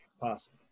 possible